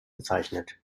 bezeichnet